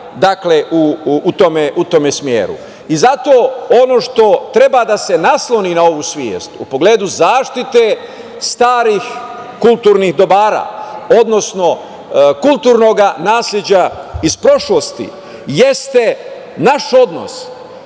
u tome smeru. Zato, ono što treba da se nasloni na ovu svest u pogledu zaštite starih kulturnih dobara, odnosno kulturnog nasleđa iz prošlosti, jeste naš odnos